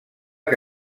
que